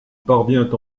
parvient